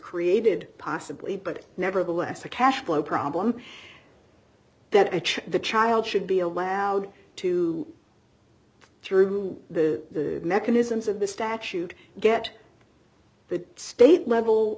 created possibly but nevertheless a cash flow problem that each the child should be allowed to through the mechanisms of the statute get the state level